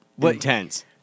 intense